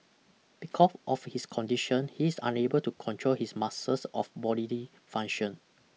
because of his condition he is unable to control his muscles of bodily function